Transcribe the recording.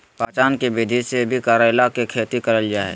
मचान के विधि से भी करेला के खेती कैल जा हय